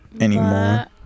Anymore